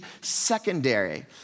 secondary